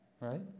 right